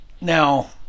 Now